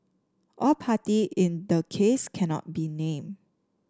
all party in the case cannot be named